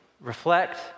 reflect